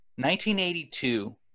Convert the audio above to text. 1982